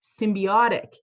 symbiotic